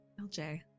LJ